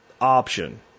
option